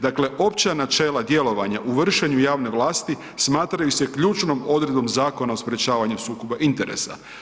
Dakle, opća načela djelovanja u vršenju javne vlasti smatraju se ključnom odredbom Zakona o sprječavanju sukob interesa.